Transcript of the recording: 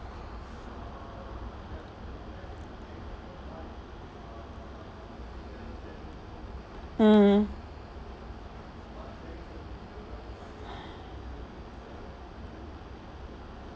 mmhmm